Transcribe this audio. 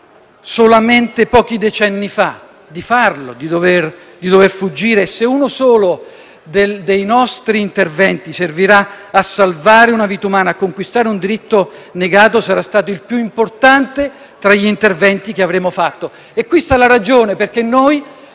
solamente pochi decenni fa di dover fuggire. Se uno solo dei nostri interventi servirà a salvare una vita umana e a conquistare un diritto negato, sarà stato il più importante tra gli interventi che avremo fatto. Qui sta la ragione perché noi,